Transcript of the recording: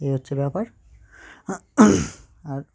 এই হচ্ছে ব্যাপার আর